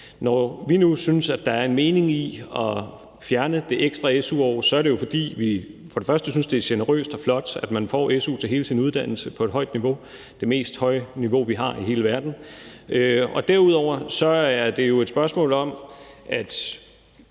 Når vi nu synes, der er en mening i at fjerne det ekstra su-år, er det jo, fordi vi for det første synes, det er generøst og flot, at man får su til hele sin uddannelse på et højt niveau, det højeste niveau i hele verden. Derudover er det jo et spørgsmål om, og